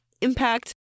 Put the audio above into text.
impact